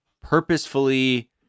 purposefully